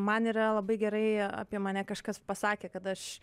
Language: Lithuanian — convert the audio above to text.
man yra labai gerai apie mane kažkas pasakė kad aš